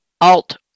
Alt